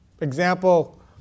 Example